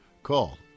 Call